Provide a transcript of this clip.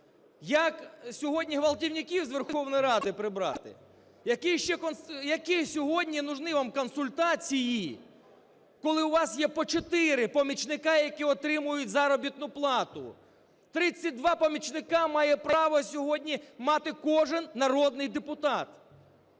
Як сьогодні ґвалтівників з Верховної Ради прибрати? Які ще сьогодні нужны вам консультації, коли у вас є по чотири помічника, які отримують заробітну плату? 32 помічники має право сьогодні мати кожен народний депутат.